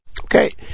Okay